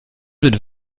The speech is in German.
mit